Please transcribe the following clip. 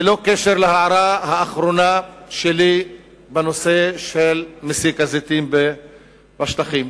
ללא קשר להערה האחרונה שלי בנושא מסיק הזיתים בשטחים,